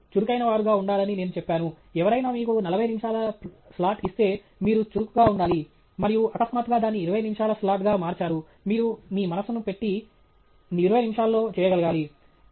మీరు చురుకైనవారుగా ఉండాలని నేను చెప్పాను ఎవరైనా మీకు 40 నిమిషాల స్లాట్ ఇస్తే మీరు చురుకుగా ఉండాలి మరియు అకస్మాత్తుగా దాన్ని 20 నిమిషాల స్లాట్గా మార్చారు మీరు మీ మనస్సును పెట్టి 20 నిమిషాల్లో చేయగలగాలి